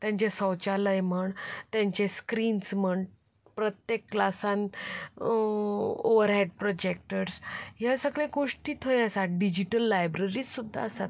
तांचे शौचालय म्हण तांचे स्क्रिन्स म्हण प्रत्येक क्लासान ओवर हॅड प्रॉजॅक्टर्ज ह्या सगळे गोश्टी थंय आसा डिजिटल लायब्ररी सुद्दां आसात